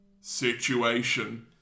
situation